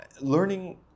learning